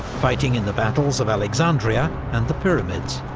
fighting in the battles of alexandria and the pyramids.